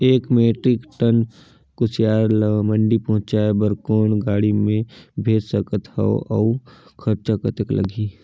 एक metric ton कुसियार ल मंडी पहुंचाय बर कौन गाड़ी मे भेज सकत हव अउ खरचा कतेक लगही?